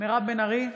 מירב בן ארי,